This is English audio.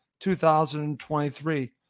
2023